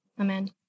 Amen